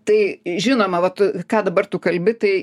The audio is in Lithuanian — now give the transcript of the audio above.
tai žinoma vat ką dabar tu kalbi tai